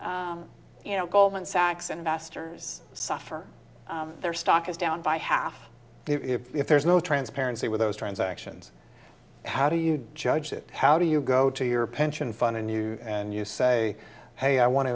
you know goldman sachs investors suffer their stock is down by half if there's no transparency with those transactions how do you judge it how do you go to your pension fund and you and you say hey i w